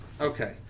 Okay